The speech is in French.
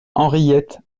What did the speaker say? henriette